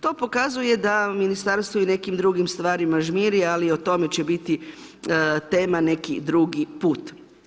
To pokazuje da ministarstvo i u nekim drugim stvarima žmiri ali o tome će biti tema neki drugi put.